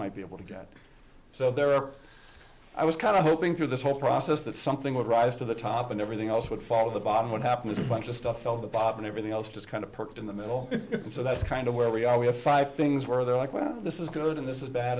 might be able to get so there are i was kind of hoping through this whole process that something would rise to the top and everything else would follow the bottom what happened is a bunch of stuff fell the bob and everything else just kind of parked in the middle and so that's kind of where we are we have five things where they're like wow this is good and this is bad